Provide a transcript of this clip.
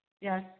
yes